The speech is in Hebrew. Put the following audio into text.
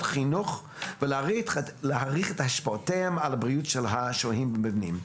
חינוך ולהעריך את השפעותיהם על הבריאות של השוהים במבנים.